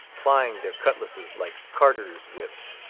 plying their cutlasses like carters' whips.